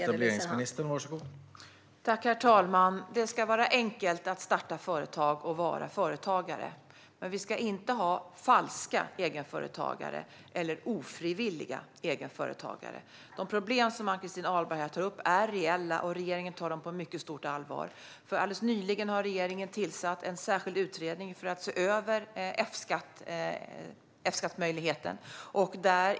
Herr talman! Det ska vara enkelt att starta företag och vara företagare. Men vi ska inte ha falska egenföretagare eller ofrivilliga egenföretagare. De problem som Ann-Christin Ahlberg tar upp är reella, och regeringen tar dem på mycket stort allvar. Alldeles nyligen har regeringen tillsatt en särskild utredning för att se över F-skattmöjligheten.